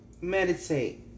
meditate